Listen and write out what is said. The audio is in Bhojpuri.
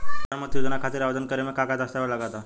प्रधानमंत्री योजना खातिर आवेदन करे मे का का दस्तावेजऽ लगा ता?